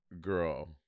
Girl